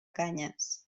canyes